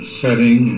setting